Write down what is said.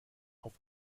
auf